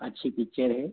अच्छी पिक्चर है